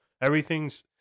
everything's